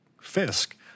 Fisk